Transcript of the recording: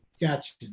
Gotcha